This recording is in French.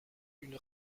une